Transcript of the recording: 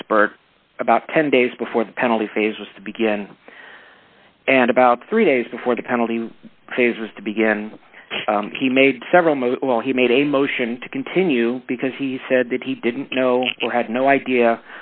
expert about ten days before the penalty phase was to begin and about three days before the penalty phase was to begin made several most of all he made a motion to continue because he said that he didn't know or had no idea